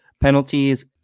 Penalties